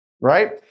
right